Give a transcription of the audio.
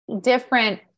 different